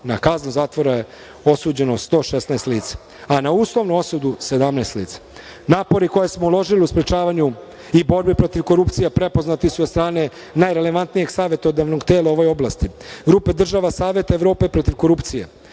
Na kaznu zatvora je osuđeno 116 lica, a na uslovnu osudu 17 lica. Napori koje smo uložili u sprečavanju i borbi protiv korupcije prepoznati su od strane najrelevantnijeg savetodavnog tela u ovoj oblasti - grupe država Saveta Evrope protiv korupcije,